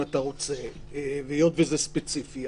אם אתה רוצה והיות וזה ספציפי,